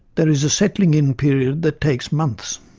there is a settling in period that takes months.